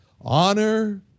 honor